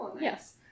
Yes